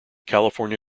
california